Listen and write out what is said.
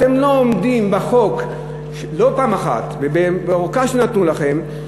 אתם לא עומדים בחוק, לא פעם אחת, בארכה שנתנו לכם.